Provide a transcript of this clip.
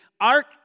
Ark